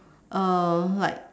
uh like